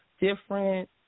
Different